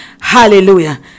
hallelujah